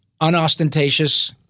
unostentatious